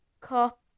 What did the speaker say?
Cup